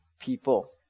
people